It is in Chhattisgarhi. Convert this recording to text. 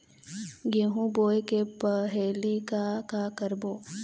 गेहूं बोए के पहेली का का करबो?